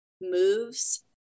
moves